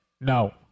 No